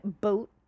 boat